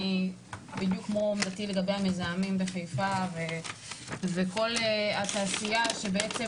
בדיוק כמו עמדתי לגבי המזהמים בחיפה וכל התעשיה שבעצם